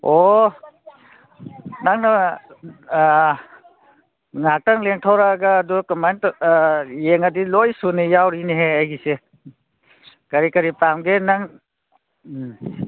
ꯑꯣ ꯅꯪꯅ ꯉꯥꯛꯇꯪ ꯂꯦꯡꯊꯣꯔꯛꯑꯒ ꯑꯗꯣ ꯌꯦꯡꯉꯗꯤ ꯂꯣꯏ ꯁꯨꯅ ꯌꯥꯎꯔꯤꯅꯦꯍꯦ ꯑꯩꯒꯤꯁꯦ ꯀꯔꯤ ꯀꯔꯤ ꯄꯥꯝꯒꯦ ꯅꯪ ꯎꯝ